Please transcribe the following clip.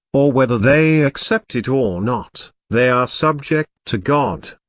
or whether they accept it or not, they are subject to god.